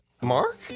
Mark